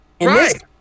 Right